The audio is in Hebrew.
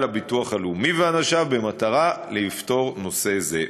הביטוח הלאומי ואנשיו במטרה לפתור נושא זה.